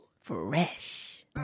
fresh